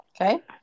Okay